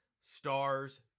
stars